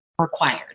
required